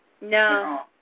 No